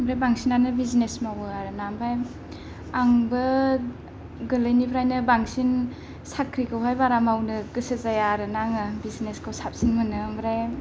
ओमफ्राय बांसिनानो बिजिनेस मावयो आरोना ओमफ्राय आंबो गोरलैनिफ्रायनो बांसिन साख्रिखौहाइ बारा मावनो गोसो जाया आरोना आङो बिजिनेसखौ साबसिन मोनो ओमफ्राय